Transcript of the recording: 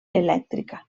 elèctrica